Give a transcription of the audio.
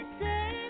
say